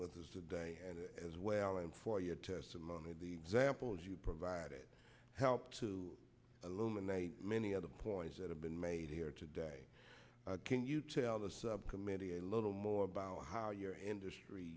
with us today and as well and for your testimony the examples you provided help to a little and a many other points that have been made here today can you tell the subcommittee a little more about how your industry